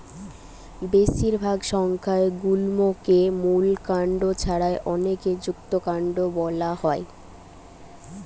বেশিরভাগ সংজ্ঞায় গুল্মকে মূল কাণ্ড ছাড়া অনেকে যুক্তকান্ড বোলা হয়